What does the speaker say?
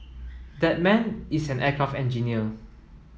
that man is an aircraft engineer